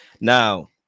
Now